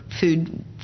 food